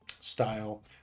style